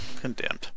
Condemned